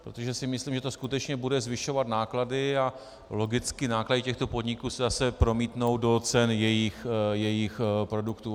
Protože si myslím, že to skutečně bude zvyšovat náklady a logicky náklady těchto podniků se zase promítnou do cen jejich produktů.